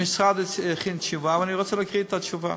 המשרד הכין תשובה, ואני רוצה להקריא את התשובה.